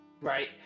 right